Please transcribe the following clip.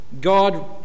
God